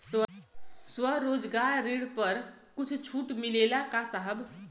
स्वरोजगार ऋण पर कुछ छूट मिलेला का साहब?